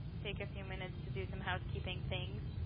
take a few minutes to do some housekeeping things.